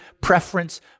preference